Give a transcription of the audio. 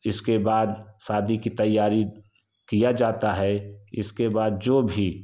इसके बाद शादी की तैयारी किया जाता है इसके बाद जो भी